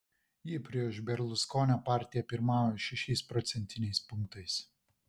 ji prieš berluskonio partiją pirmauja šešiais procentiniais punktais